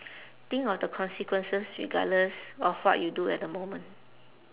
think of the consequences regardless of what you do at the moment